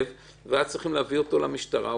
ואז צריכים להביא אותו למשטרה.